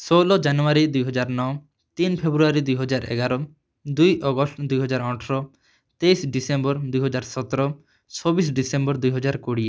ଷୋହଳ ଜାନୁଆରୀ ଦୁଇହଜାର ନଅ ତିନି ଫେବୃୟାରୀ ଦୁଇହଜାର ଏଗାର ଦୁଇ ଅଗଷ୍ଟ ଦୁଇହଜାର ଅଠର ତେଇଶ ଡିସେମ୍ବର ଦୁଇହଜାର ସତର ଛବିଶ ଡ଼ିସେମ୍ବର ଦୁଇହଜାର କୋଡ଼ିଏ